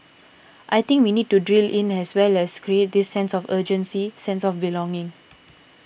I think we need to drill in as well as create this sense of urgency sense of belonging